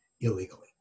illegally